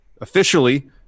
officially